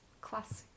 classic